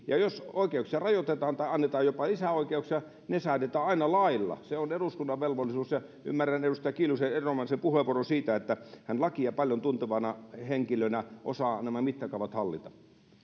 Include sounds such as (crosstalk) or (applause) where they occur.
(unintelligible) ja jos oikeuksia rajoitetaan tai annetaan jopa lisäoikeuksia ne säädetään aina lailla se on eduskunnan velvollisuus ja ymmärrän edustaja kiljusen erinomaisen puheenvuoron siitä että hän lakia paljon tuntevana henkilönä osaa nämä mittakaavat hallita